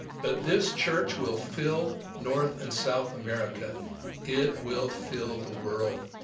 but this church will fill north and south america it will fill the world.